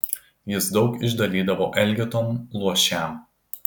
jis daug išdalydavo elgetom luošiam